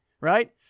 right